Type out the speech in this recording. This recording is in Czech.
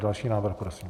Další návrh prosím.